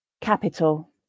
capital